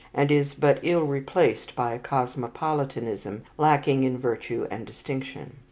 and is but ill replaced by a cosmopolitanism lacking in virtue and distinction.